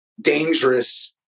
dangerous